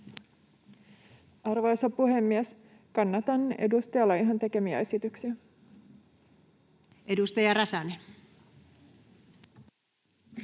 Arvoisa puhemies! Kannatan edustaja Laihon tekemiä esityksiä. [Speech